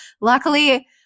Luckily